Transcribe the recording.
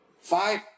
five